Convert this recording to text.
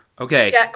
Okay